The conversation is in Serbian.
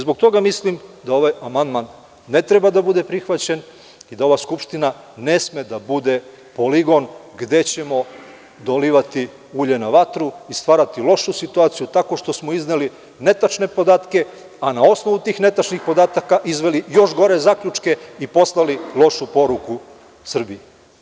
Zbog toga mislim da ovaj amandman ne treba da bude prihvaćen i da ova Skupština ne sme da bude poligon gde ćemo dolivati ulje na vatru i stvarati lošu situaciju, tako što smo izneli netačne podatke, a na osnovu tih netačnih podataka izveli još gore zaključke i poslali lošu poruku Srbiji.